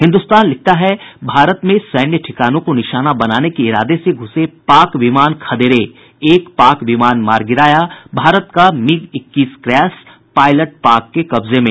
हिन्दुस्तान लिखता है भारत में सैन्य ठिकानों को निशाना बनाने के इरादे से घ्रसे पाक विमान खदेड़े एक पाक विमान मार गिराया भारत का मिग इक्कीस क्रैश पायलट पाक के कब्जे में